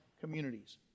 communities